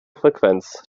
frequenz